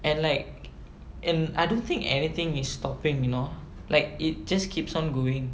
and like in I don't think anything is stopping you know like it just keeps on going